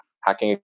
hacking